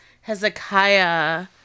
Hezekiah